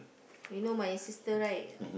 you know my sister right